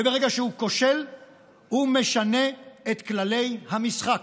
וברגע שהוא כושל הוא משנה את כללי המשחק.